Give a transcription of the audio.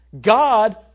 God